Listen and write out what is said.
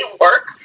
work